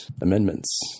Amendments